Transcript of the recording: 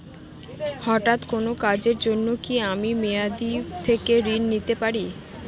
হঠাৎ কোন কাজের জন্য কি আমি মেয়াদী থেকে ঋণ নিতে পারি?